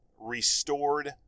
restored